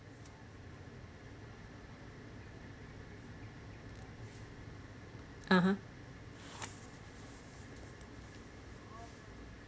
(uh huh)